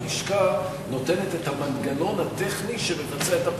הלשכה נותנת את המנגנון הטכני שמבצע את הפרויקט.